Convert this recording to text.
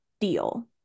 deal